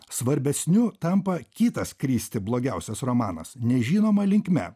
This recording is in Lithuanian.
svarbesniu tampa kitas kristi blogiausias romanas nežinoma linkme